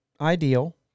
ideal